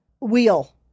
wheel